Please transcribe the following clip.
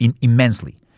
immensely